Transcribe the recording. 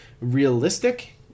realistic